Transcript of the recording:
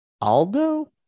Aldo